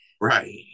Right